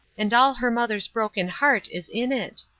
and all her mother's broken heart is in it.